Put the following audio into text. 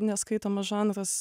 neskaitomas žanras